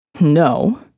No